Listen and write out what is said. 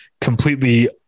completely